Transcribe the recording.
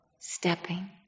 stepping